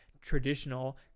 traditional